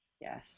Yes